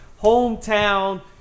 hometown